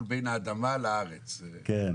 אנחנו,